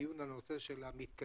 לדיון על נושא המתקנים.